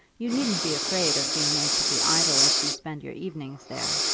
you needn't be afraid of being made to be idle if you spend your evenings there,